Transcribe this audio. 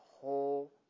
whole